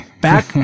back